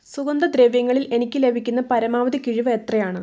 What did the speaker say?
സുഗന്ധദ്രവ്യങ്ങളിൽ എനിക്ക് ലഭിക്കുന്ന പരമാവധി കിഴിവ് എത്രയാണ്